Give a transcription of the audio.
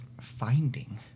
finding